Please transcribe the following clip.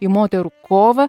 į moterų kovą